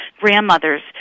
grandmothers